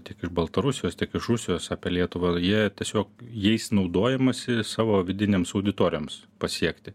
tiek iš baltarusijos tiek iš rusijos apie lietuvą jie tiesiog jais naudojamasi savo vidinėms auditorijoms pasiekti